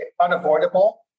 unavoidable